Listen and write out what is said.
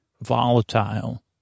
volatile